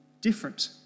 different